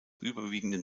überwiegenden